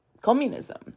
communism